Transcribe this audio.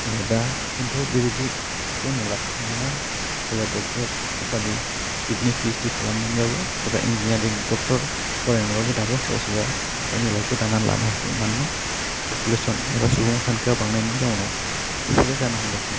ओह दा खिन्थु बेबायदिखौ नुला मानोना सोरबा डक्टरेट उफादि बिदिनो पिओइसदि खालामनाय बाबो सोरबा इनजिनियारिं डक्टर फरायनायबाबो दाबो सोरबा सोरबा गावनि लाइभखौ दानानै लानो हायाखै मानोना पफुलेशन एबा सुबुं सानखोआ बांनायनि जाउनाव बेफोर जानो हमदोंसै